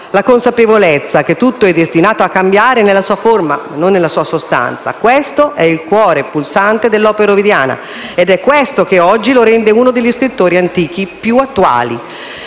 la consapevolezza che tutto è destinato a cambiare, nella sua forma, ma non nella sua sostanza. Questo è il cuore pulsante dell'opera ovidiana, ed è questo che oggi lo rende uno degli scrittori antichi più attuali.